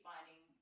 Finding